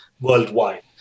worldwide